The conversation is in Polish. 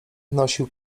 nosił